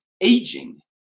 aging